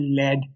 led